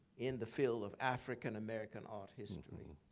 in the field of african-american art history.